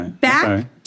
back